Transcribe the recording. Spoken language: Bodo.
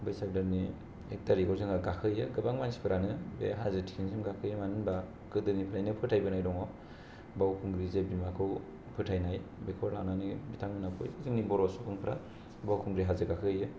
बैसाग दाननि एक थारिखआव जोंहा गाखो हैयो गोबां मानसि फोरानो बे हाजोथिं गाखोयो मानो होनबा गोदोनिफ्रायनो फोथायबोनाय दङ बावखुंग्रि जे बिमाखौ फोथाय नाय बेखौ लानानैनो बिथां मोना जों नि बर' सुबुं फोरा बावखुंग्रि हाजो गाखो हैयो